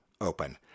open